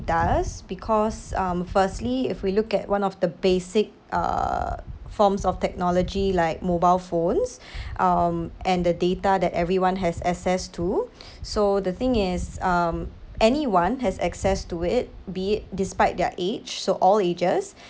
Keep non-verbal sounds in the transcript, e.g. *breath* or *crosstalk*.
does because um firstly if we look at one of the basic err forms of technology like mobile phones *breath* um and the data that everyone has access to *breath* so the thing is um anyone has access to it be it despite their age so all ages